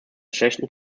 schlechten